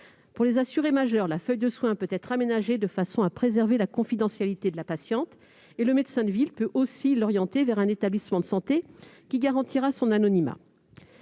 Pour les assurées majeures, la feuille de soins peut être aménagée de façon à préserver la confidentialité des patientes ; le médecin de ville peut aussi les orienter vers un établissement de santé garantissant leur anonymat.